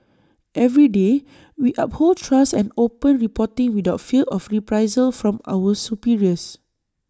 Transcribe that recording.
every day we uphold trust and open reporting without fear of reprisal from our superiors